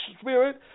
spirit